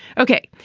ok,